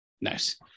Nice